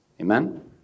amen